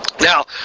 Now